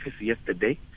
yesterday